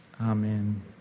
Amen